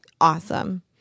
awesome